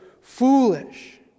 foolish